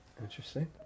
Interesting